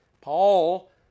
Paul